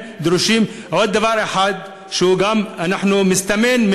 עוד דבר אחד: מסתמן,